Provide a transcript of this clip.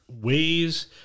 ways